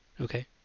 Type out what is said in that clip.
Okay